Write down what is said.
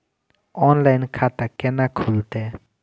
Online खाता केना खुलते?